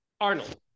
Arnold